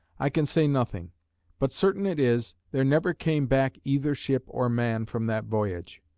i can say nothing but certain it is, there never came back either ship or man from that voyage.